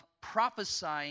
prophesying